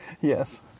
Yes